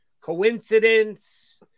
coincidence